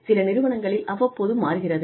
சில நிறுவனங்களில் அவ்வப்போது மாறுகிறது